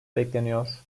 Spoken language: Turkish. bekleniyor